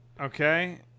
Okay